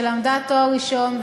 למדה לתואר ראשון,